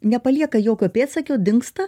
nepalieka jokio pėdsako dingsta